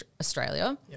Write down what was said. Australia